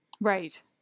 Right